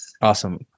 Awesome